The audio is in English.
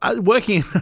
working